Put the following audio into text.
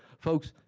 folks,